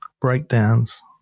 breakdowns